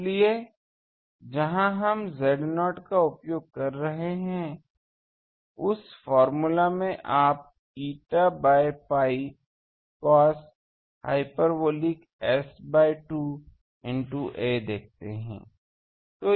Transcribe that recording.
इसलिए जहां हम Z0 का उपयोग कर रहे हैं उस फॉर्मूला में आप eta by pi cos hyperbolic S by 2 into a देखते हैं